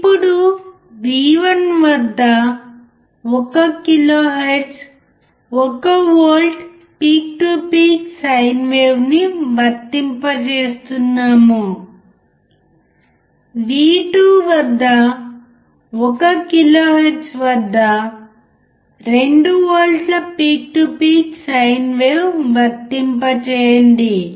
ఇప్పుడు V1 వద్దా 1 kilohertz 1 volt peak to peak sine wave నీ వర్తింపజేస్తూన్నాము V2 వద్ద 1 కిలోహెర్ట్జ్ వద్ద 2 వోల్ట్ల peak to peak sine wave వర్తింపచేయండి